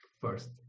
First